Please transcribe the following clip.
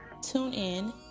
TuneIn